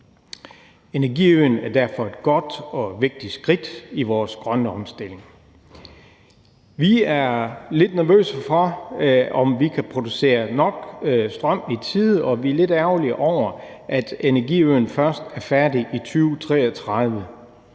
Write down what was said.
Energiaftalen er derfor et godt og vigtigt skridt i vores grønne omstilling. Vi er lidt nervøse for, om vi kan producere nok strøm i tide, og vi er lidt ærgerlige over, at energiøen først er færdig i 2033.